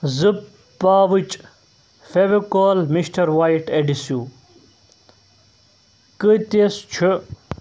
زٕ پاوچ فیوکول مِسٹر وایٹ اٮ۪ڈہسِو قۭتِس چھُ